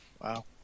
wow